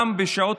גם בשעות